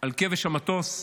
על כבש המטוס,